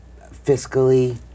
fiscally